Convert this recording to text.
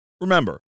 Remember